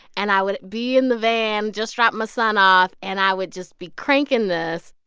and i would be in the van, just dropped my son off. and i would just be cranking this